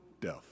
death